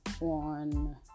on